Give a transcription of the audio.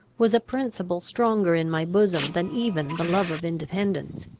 was a principle stronger in my bosom than even the love of independence.